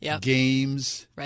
games